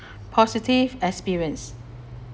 positive experience